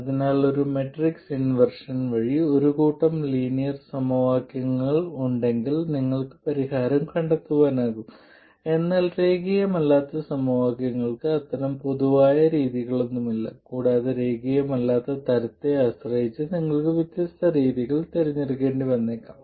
അതിനാൽ നിങ്ങൾക്ക് ഒരു മാട്രിക്സ് ഇൻവെർഷൻ വഴി ഒരു കൂട്ടം ലീനിയർ സമവാക്യങ്ങൾ ഉണ്ടെങ്കിൽ നിങ്ങൾക്ക് പരിഹാരങ്ങൾ കണ്ടെത്താനാകും എന്നാൽ രേഖീയമല്ലാത്ത സമവാക്യങ്ങൾക്ക് അത്തരം പൊതുവായ രീതികളൊന്നുമില്ല കൂടാതെ രേഖീയമല്ലാത്ത തരത്തെ ആശ്രയിച്ച് നിങ്ങൾക്ക് വ്യത്യസ്ത രീതികൾ തിരഞ്ഞെടുക്കേണ്ടി വന്നേക്കാം